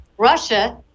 Russia